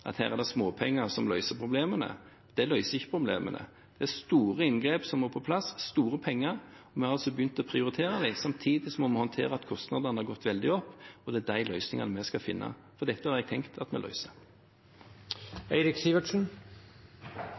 at her er det småpenger som løser problemene. Det løser ikke problemene. Det er store inngrep som må på plass, store penger. Vi har altså begynt å prioritere dem. Samtidig må vi håndtere at kostnadene har gått veldig opp, og det er de løsningene vi skal finne. Dette har jeg tenkt at vi